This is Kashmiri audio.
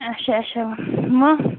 اَچھا اَچھا ماہ